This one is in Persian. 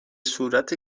صورت